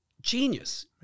genius